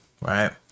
right